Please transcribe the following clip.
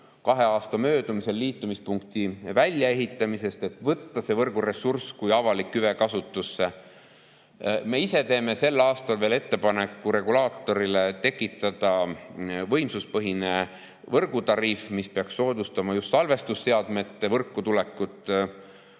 kahe aasta möödumisel liitumispunkti väljaehitamisest, et võtta see võrguressurss kui avalik hüve kasutusse. Me ise teeme veel sel aastal regulaatorile ettepaneku [kehtestada] võimsuspõhine võrgutariif, mis peaks soodustama just salvestusseadmete võrku tulekut.